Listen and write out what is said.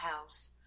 house